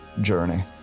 journey